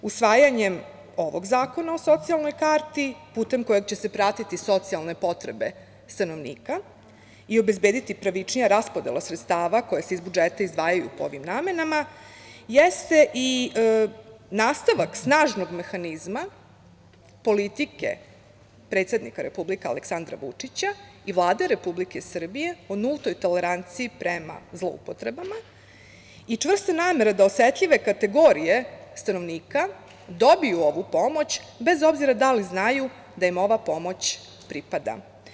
Usvajanjem ovog zakona o socijalnoj karti putem kojeg će se pratiti socijalne potrebe stanovnika i obezbediti pravičnija raspodela sredstava koja se iz budžeta izdvajaju po ovim namenama jeste i nastavak snažnog mehanizma politike predsednika Republike Aleksandra Vučića i Vlade Republike Srbije o nultoj toleranciji prema zloupotrebama i čvrste namere da osetljive kategorije stanovnika dobiju ovu pomoć, bez obzira da li znaju da im ova pomoć pripada.